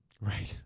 Right